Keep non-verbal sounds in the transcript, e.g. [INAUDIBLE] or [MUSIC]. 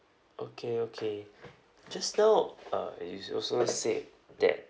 okay okay [BREATH] just now uh you also said that